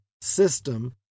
system